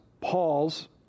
Paul's